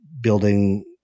building